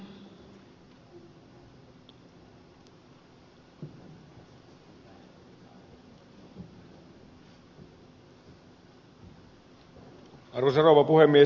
arvoisa rouva puhemies